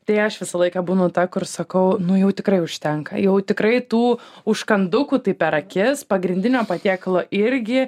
tai aš visą laiką būnu ta kur sakau nu jau tikrai užtenka jau tikrai tų užkandukų tai per akis pagrindinio patiekalo irgi